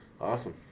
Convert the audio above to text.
Awesome